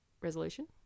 Resolution